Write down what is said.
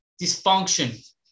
dysfunction